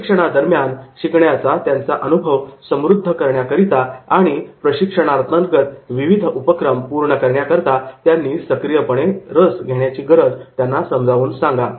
प्रशिक्षणादरम्यान शिकण्याचा त्यांचा अनुभव समृद्ध करण्याकरिता आणि प्रशिक्षणांतर्गत विविध उपक्रम पूर्ण करण्याकरिता त्यांनी सक्रियपणे रस घेण्याची गरज त्यांना समजावून सांगा